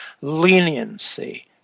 leniency